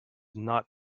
not